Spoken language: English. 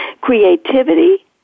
creativity